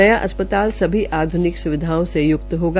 नया अस्पताल सभी आध्निक स्विधाओं से युक्त होगा